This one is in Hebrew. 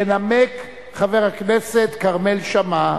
ינמק חבר הכנסת כרמל שאמה.